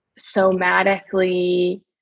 somatically